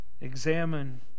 examine